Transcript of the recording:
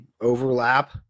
overlap